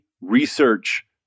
research